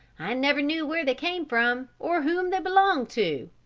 i never knew where they came from, or whom they belonged to.